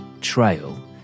trail